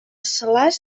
salàs